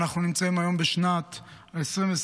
היום אנחנו בשנת 2024,